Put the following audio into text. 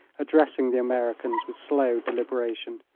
addressing the americans with slow deliberation.